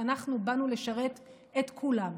אנחנו באנו לשרת את כולם,